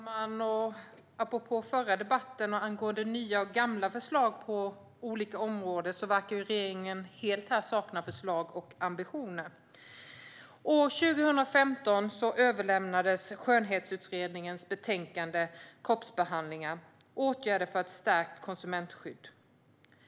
Fru talman! Apropå den förra debatten och angående nya och gamla förslag på olika områden verkar regeringen helt sakna förslag och ambitioner. År 2015 överlämnades Skönhetsutredningens betänkande Kroppsbehandlingar - Åtgärder för ett stärkt konsumentskydd .